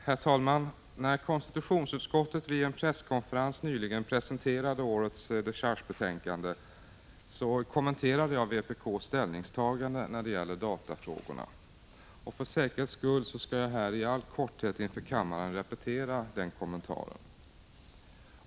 Herr talman! När konstitutionsutskottet vid en presskonferens nyligen presenterade årets dechargebetänkande, kommenterade jag vpk:s ställningstagande i datafrågorna. För säkerhets skull skall jag i all korthet inför kammaren upprepa dessa kommentarer.